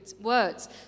words